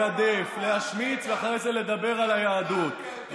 מגדפים ואחרי זה אתם מספרים שזה בשם היהדות?